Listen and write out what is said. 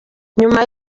nyuma